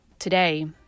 Today